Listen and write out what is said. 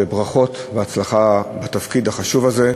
וברכות והצלחה בתפקיד החשוב הזה.